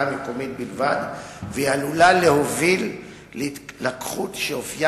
מקומית בלבד והיא עלולה להוביל להתלקחות שאופיה